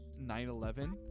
9-11